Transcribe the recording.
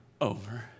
over